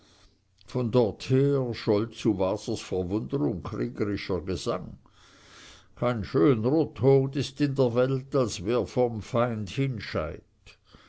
von dorther scholl zu wasers verwunderung kriegerischer gesang kein schönrer tod ist in der welt als wer vorm feind